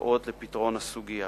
הצעות לפתרון הסוגיה.